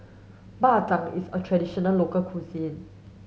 Bak Chang is a traditional local cuisine